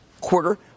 quarter